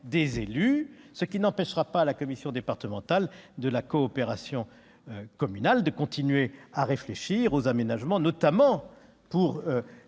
des élus. Cela n'empêchera pas la commission départementale de la coopération intercommunale de continuer à réfléchir aux aménagements, notamment pour